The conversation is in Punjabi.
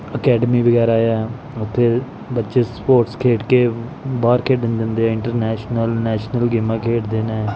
ਅਕੈਡਮੀ ਵਗੈਰਾ ਆ ਉੱਥੇ ਬੱਚੇ ਸਪੋਰਟਸ ਖੇਡ ਕੇ ਬਾਹਰ ਖੇਡਣ ਜਾਂਦੇ ਆ ਇੰਟਰਨੈਸ਼ਨਲ ਨੈਸ਼ਨਲ ਗੇਮਾਂ ਖੇਡਦੇ ਨੇ